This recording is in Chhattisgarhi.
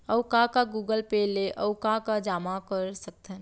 अऊ का का गूगल पे ले अऊ का का जामा कर सकथन?